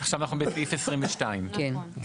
עכשיו אנחנו בסעיף 22. נכון.